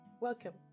Welcome